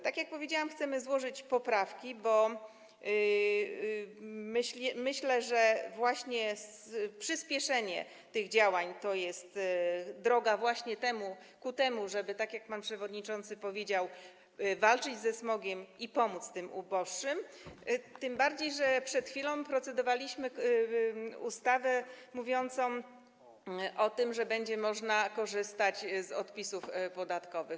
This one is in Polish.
Tak jak powiedziałam, chcemy złożyć poprawki, bo myślę, że przyspieszenie tych działań to jest właśnie droga ku temu, żeby, tak jak pan przewodniczący powiedział, walczyć ze smogiem i pomóc tym uboższym, tym bardziej że przed chwilą procedowaliśmy nad ustawą mówiącą o tym, że będzie można korzystać z odpisów podatkowych.